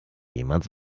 jemals